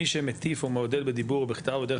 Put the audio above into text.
מי שמטיף או מעודד בדיבור בכתב או דרך